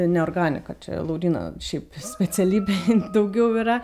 ne organiką čia lauryno šiaip specialybė daugiau yra